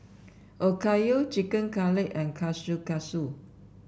Okayu Chicken Cutlet and Kushikatsu